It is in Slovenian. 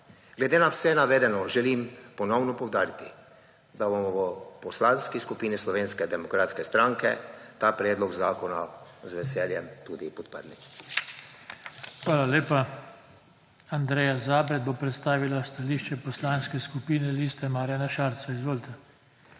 Glede na vse navedeno želim ponovno poudariti, da v Poslanski skupini Slovenske demokratske stranke ta predlog zakona z veseljem tudi podprli. **PODPREDSEDNIK JOŽE TANKO:** Hvala lepa. Andreja Zabret bo predstavila stališče Poslanske skupine Liste Marjana Šarca. Izvolite.